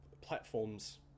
platforms